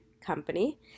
company